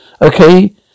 okay